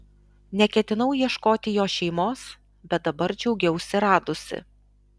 neketinau ieškoti jo šeimos bet dabar džiaugiausi radusi